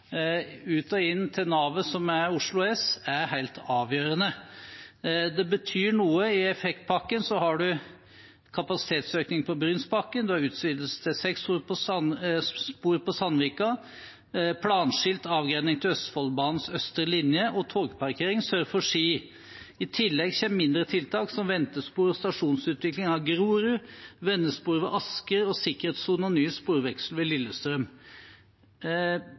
ut fra og inn til navet som er Oslo S, er helt avgjørende. Det betyr noe. I effektpakken har man kapasitetsøkning på Brynsbakken, man har utvidelse til seks spor på Sandvika, planskilt avgrening til Østfoldbanens østre linje og togparkering sør for Ski. I tillegg kommer mindre tiltak som ventespor og stasjonsutvikling av Grorud, vendespor ved Asker og sikkerhetssone og nye sporvekslere ved Lillestrøm.